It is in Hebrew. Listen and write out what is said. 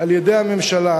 על-ידי הממשלה".